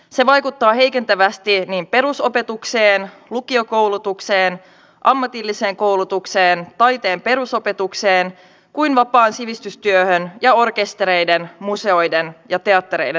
se vaikuttaa heikentävästi niin perusopetukseen lukiokoulutukseen ammatilliseen koulutukseen taiteen perusopetukseen kuin vapaaseen sivistystyöhön ja orkestereiden museoiden ja teattereiden toimintaan